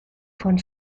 von